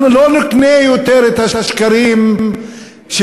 אנחנו לא נקנה יותר את השקרים שלכם.